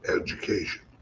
education